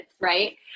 Right